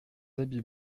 habits